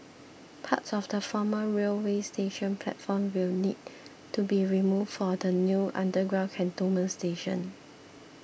parts of the former railway station platform will need to be removed for the new underground Cantonment station